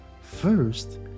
First